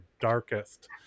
darkest